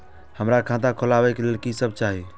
हमरा खाता खोलावे के लेल की सब चाही?